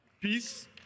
Peace